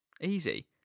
easy